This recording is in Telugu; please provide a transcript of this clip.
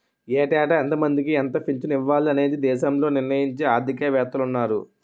ఏటేటా ఎంతమందికి ఎంత పింఛను ఇవ్వాలి అనేది దేశంలో నిర్ణయించే ఆర్థిక వేత్తలున్నారు